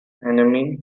enemy